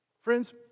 Friends